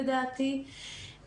לדעתי,